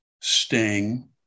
Sting